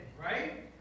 right